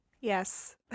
Yes